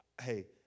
Hey